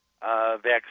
vaccine